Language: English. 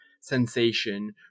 sensation